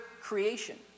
creation